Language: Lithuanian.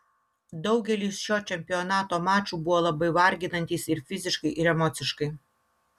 daugelis šio čempionato mačų buvo labai varginantys ir fiziškai ir emociškai